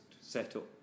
setup